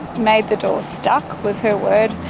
made the door stuck, was her word,